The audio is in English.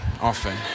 Often